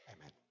Amen